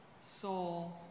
soul